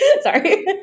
Sorry